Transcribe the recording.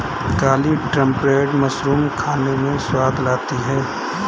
काली trumpet mushroom खाने में स्वाद लाती है